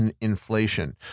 inflation